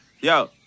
Yo